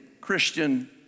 Christian